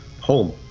home